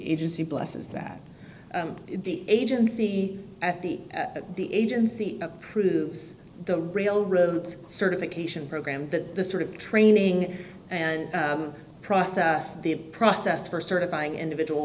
agency blesses that agency at the at the agency approves the railroads certification program that this sort of training and process the process for certifying individual